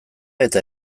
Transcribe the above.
eta